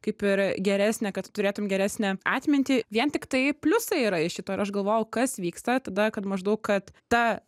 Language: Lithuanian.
kaip ir geresnę kad turėtum geresnę atmintį vien tiktai pliusai yra iš šito ir aš galvojau kas vyksta tada kad maždaug kad ta